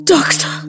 Doctor